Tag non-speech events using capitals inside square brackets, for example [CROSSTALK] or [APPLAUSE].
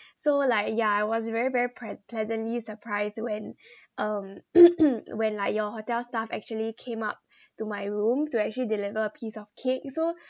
so like yeah I was very very plea~ pleasantly surprised when [BREATH] um [COUGHS] when like your hotel staff actually came up to my room to actually deliver a piece of cake so